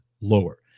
lower